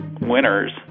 winners